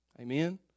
Amen